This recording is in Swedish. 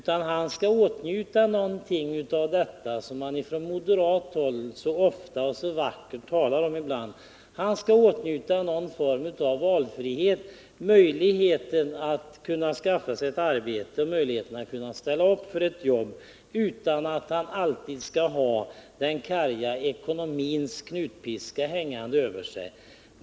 Han skallistället ha möjlighet att få del av något av de positiva värden som man på moderat håll ibland så fagert talar om. Han skall åtnjuta någon form av valfrihet, en möjlighet att skaffa sig ett arbete och en möjlighet att ställa upp för ett jobb utan att alltid ha den karga ekonomins knutpiska hängande över sig.